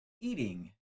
Eating